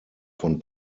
von